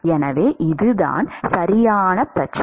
எனவே இதுதான் சரியான பிரச்சனை